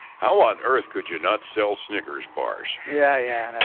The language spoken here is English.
how on earth could you not sell snickers bars? yeah, yeah. and